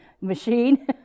machine